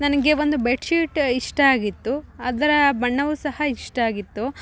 ನನಗೆ ಒಂದು ಬೆಡ್ಶೀಟ್ ಇಷ್ಟ ಆಗಿತ್ತು ಅದ್ರ ಬಣ್ಣವು ಸಹ ಇಷ್ಟ ಆಗಿತ್ತು